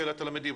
התלמידים.